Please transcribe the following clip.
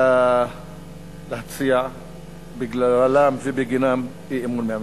להציע בגללם ובגינם אי-אמון בממשלה.